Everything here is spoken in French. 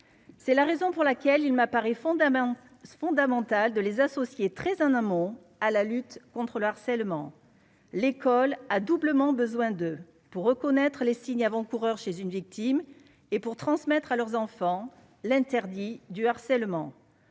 c'est la raison pour laquelle il m'apparaît fondamental c'est fondamental de les associer très en amont à la lutte contre le harcèlement, l'école a doublement besoin de pour reconnaître les signes avant-coureurs chez une victime et pour transmettre à leurs enfants l'interdit du harcèlement,